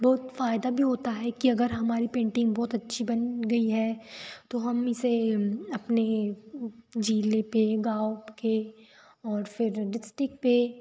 बहुत फ़ायदा भी होता है कि अगर हमारी पेंटिंग बहुत अच्छी बन गई है तो हम इसे अपने ज़िले पर गाँव के और फिर डिस्टिक पर